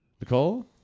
Nicole